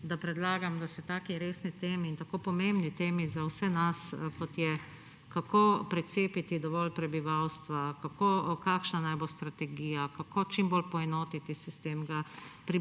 da predlagam, da se taki resni temi in tako pomembni temi za vse nas, kot je, kako precepiti dovolj prebivalstva, kakšna naj bo strategija, kako čim bolj poenotiti sistem,